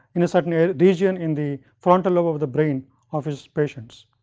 in a certain region in the frontal lobe of the brain of his patients.